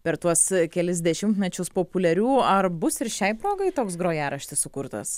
per tuos kelis dešimtmečius populiarių ar bus ir šiai progai toks grojaraštis sukurtas